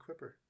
quipper